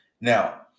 Now